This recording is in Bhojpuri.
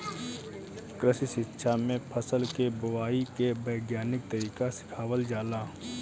कृषि शिक्षा में फसल के बोआई के वैज्ञानिक तरीका सिखावल जाला